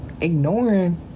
ignoring